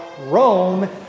Rome